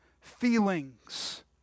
Feelings